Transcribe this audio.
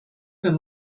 für